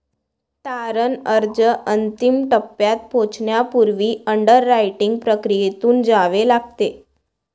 तारण अर्ज अंतिम टप्प्यात पोहोचण्यापूर्वी अंडररायटिंग प्रक्रियेतून जावे लागते